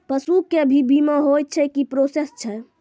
पसु के भी बीमा होय छै, की प्रोसेस छै?